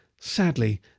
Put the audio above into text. Sadly